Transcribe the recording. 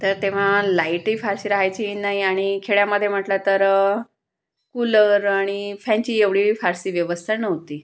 तर तेव्हा लाईटही फारशी रहायची नाही आणि खेड्यामध्ये म्हटलं तर कुलर आणि फॅनची एवढी फारशी व्यवस्था नव्हती